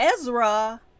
ezra